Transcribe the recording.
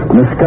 Miss